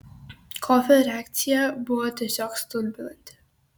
kofio reakcija buvo tiesiog stulbinanti